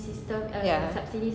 ya